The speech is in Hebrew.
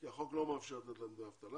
כי החוק לא מאפשר לתת להם דמי אבטלה,